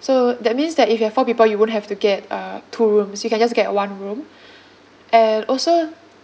so that means that if you are four people you wouldn't have to get uh two rooms you can just get one room and also